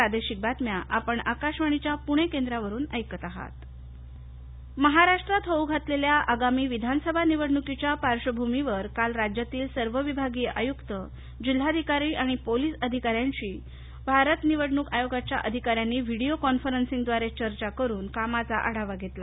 निवडणक आढावा महाराष्ट्रात होऊ घातलेल्या आगामी विधानसभा निवडणुकीच्या पार्श्वभूमीवर काल राज्यातील सर्व विभागीय आयुक्त जिल्हाधिकारी आणि पोलिस अधिकाऱ्यांशी भारत निवडणूक आयोगाच्या अधिकाऱ्यांनी व्हिडिओ कॉन्फरन्सिंगद्वारे चर्चा करून कामाचा आढावा घेतला